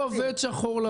זה לא עובד שחור-לבן.